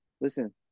Listen